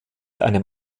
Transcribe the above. einem